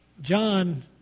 John